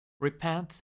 Repent